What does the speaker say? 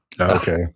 Okay